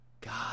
God